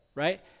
Right